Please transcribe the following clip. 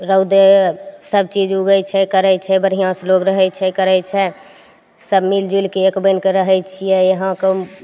रौदे सबचीज उगय छै करय छै बढ़िआँसँ लोग रहय छै करय छै सब मिलि जुलिके एक बनिके रहय छियै यहाँके